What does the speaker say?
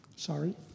sorry